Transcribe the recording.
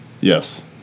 Yes